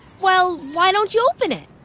well, why don't you open it?